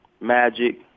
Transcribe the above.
Magic